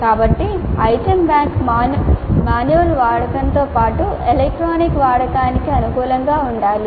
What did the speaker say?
కాబట్టి item bank manual వాడకంతో పాటు ఎలక్ట్రానిక్ వాడకానికి అనుకూలంగా ఉండాలి